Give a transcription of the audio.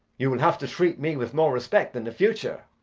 you will have to treat me with more respect in the future.